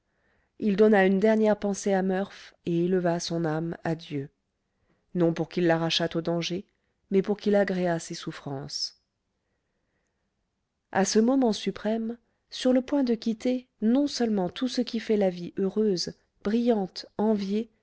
il donna une dernière pensée à murph et éleva son âme à dieu non pour qu'il l'arrachât au danger mais pour qu'il agréât ses souffrances à ce moment suprême sur le point de quitter non-seulement tout ce qui fait la vie heureuse brillante enviée